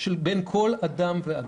בין כל אדם ואדם.